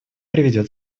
приведет